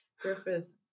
Griffith